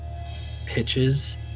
pitches